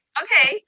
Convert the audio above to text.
okay